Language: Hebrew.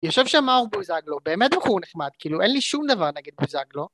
יושב שם מר בוזגלו, באמת בחור נחמד, כאילו אין לי שום דבר נגד בוזגלו